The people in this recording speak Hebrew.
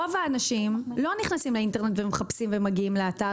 רוב האנשים לא נכנסים לאינטרנט ומחפשים ומגיעים לאתר,